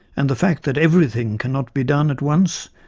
and the fact that everything cannot be done at once,